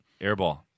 Airball